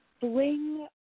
bling